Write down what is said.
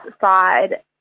side